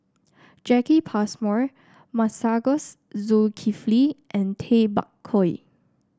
Jacki Passmore Masagos Zulkifli and Tay Bak Koi